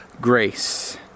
grace